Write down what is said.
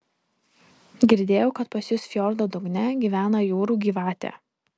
girdėjau kad pas jus fjordo dugne gyvena jūrų gyvatė